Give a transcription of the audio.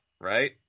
Right